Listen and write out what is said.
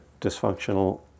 dysfunctional